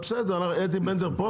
בסדר, אתי בנדלר פה?